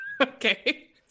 Okay